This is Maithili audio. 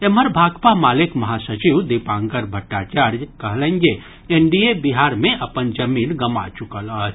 एम्हर भाकपा मालेक महासचिव दीपांकर भट्टाचार्य कहलनि जे एनडीए बिहार मे अपन जमीन गंवा चुकल अछि